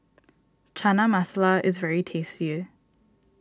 Chana Masala is very tasty